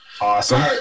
awesome